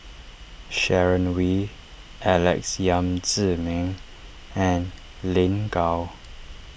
Sharon Wee Alex Yam Ziming and Lin Gao